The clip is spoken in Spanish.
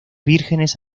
vírgenes